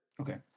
Okay